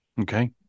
Okay